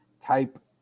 type